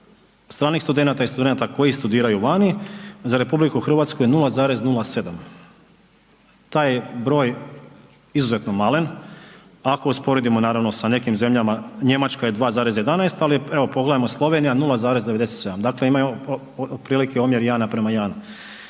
stranih studenata i studenata koji studiraju vani za RH je 0,07. Taj broj je izuzetno malen ako usporedimo naravno sa nekim zemljama, Njemačka je 2,11, ali pogledajmo Slovenija 0,97 dakle imaju omjer otprilike